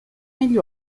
negli